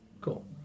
Cool